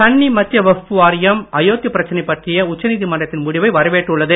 சன்னி மத்திய வக்ஃபு வாரியம் அயோத்தி பிரச்சனை பற்றிய உச்சநீதிமன்றத்தின் முடிவை வரவேற்றுள்ளது